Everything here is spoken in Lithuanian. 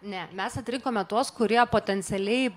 ne mes atrinkome tuos kurie potencialiai